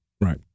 Right